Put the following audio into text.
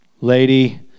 lady